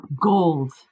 Gold